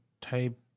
type